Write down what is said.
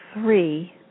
three